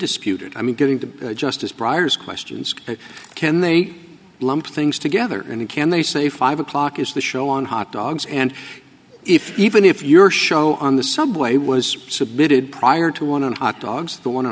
disputed i mean getting to justice briar's questions can they lump things together and can they say five o'clock is the show on hot dogs and if even if your show on the subway was submitted prior to one and hot dogs the one